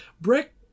Brick